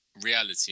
reality